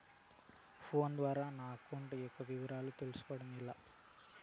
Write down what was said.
Phone ద్వారా నా account యొక్క వివరాలు తెలుస్కోవడం ఎలా?